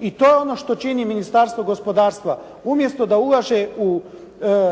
i to je ono što čini Ministarstvo gospodarstva. Umjesto da ulaže u